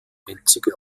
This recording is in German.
einzige